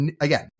Again